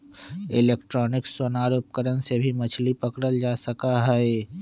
electronic sonar उपकरण से भी मछली पकड़ल जा सका हई